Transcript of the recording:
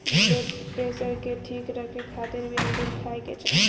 blood pressure के ठीक रखे खातिर भी अंगूर खाए के चाही